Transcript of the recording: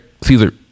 Caesar